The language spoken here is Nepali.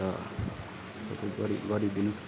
अन्त गरी गरिदिनु होस्